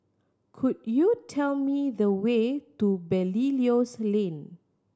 could you tell me the way to Belilios Lane